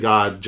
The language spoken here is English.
God